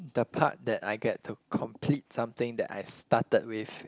the part that I get to complete something that I started with